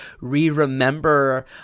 Re-remember